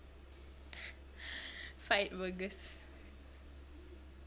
fight burgers